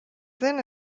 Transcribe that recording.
zen